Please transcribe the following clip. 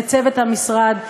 לצוות המשרד,